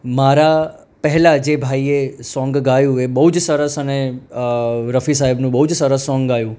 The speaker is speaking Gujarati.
મારા પહેલાં જે ભાઈએ સોન્ગ ગાયું એ બહુ જ સરસ અને રફી સાહેબનું બહુ જ સરસ સોંગ ગાયું